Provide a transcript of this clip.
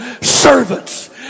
servants